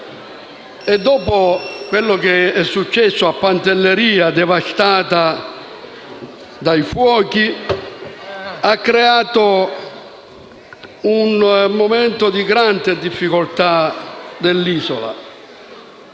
Dopo quello che è successo a Pantelleria, devastata dai fuochi, si è creato un momento di grande difficoltà nell'isola: